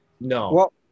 No